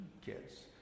kids